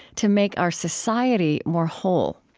to make our society more whole.